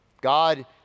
God